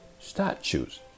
statues